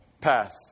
pass